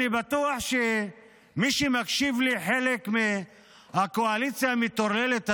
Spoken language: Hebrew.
אני בטוח שמי שמקשיב לחלק מהקואליציה המטורללת הזאת,